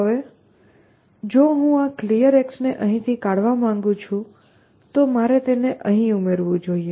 હવે જો હું આ Clear ને અહીંથી કાઢવા માંગું છું તો મારે તેને અહીં ઉમેરવું જોઈએ